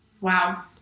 Wow